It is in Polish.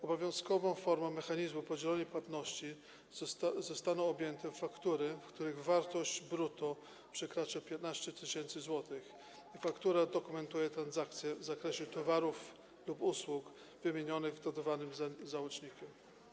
Obowiązkową formą mechanizmu podzielonej płatności zostaną objęte faktury, których wartość brutto przekracza 15 tys. zł, a faktura dokumentuje transakcję w zakresie towarów lub usług wymienionych w dodawanym załączniku.